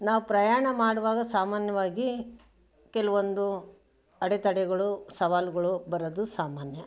ನಾವು ಪ್ರಯಾಣ ಮಾಡುವಾಗ ಸಾಮಾನ್ಯವಾಗಿ ಕೆಲವೊಂದು ಅಡೆ ತಡೆಗಳು ಸವಾಲುಗಳು ಬರೋದು ಸಾಮಾನ್ಯ